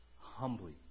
humbly